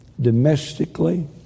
Domestically